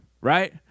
right